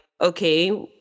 okay